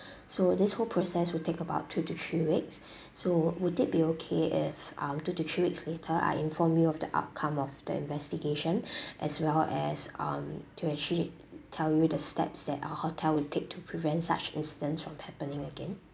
so this whole process will take about two to three weeks so would it be okay if um two to three weeks later I inform you of the outcome of the investigation as well as um to actually tell you the steps that uh hotel would take to prevent such incident from happening again